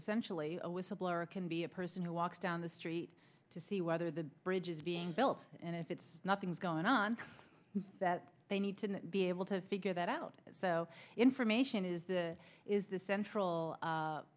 because sensually a whistleblower can be a person who walks down the street to see whether the bridge is being built and if it's nothing's going on that they need to be able to figure that out so information is the is the central